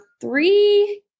three